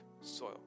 soil